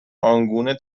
آنگونه